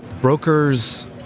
Brokers